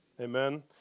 Amen